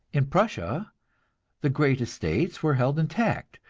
in prussia the great estates were held intact,